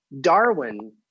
Darwin